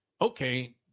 okay